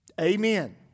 Amen